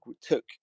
took